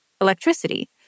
electricity